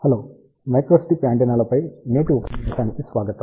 hello microstrip యాంటెన్నాలపై నేటి ఉపన్యాసానికి స్వాగతం